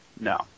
No